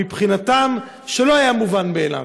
מבחינתם שלא היה מובן מאליו.